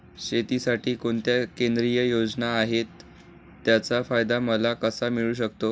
शेतीसाठी कोणत्या केंद्रिय योजना आहेत, त्याचा फायदा मला कसा मिळू शकतो?